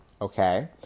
okay